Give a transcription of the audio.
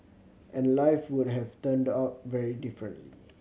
and life would have turned out very differently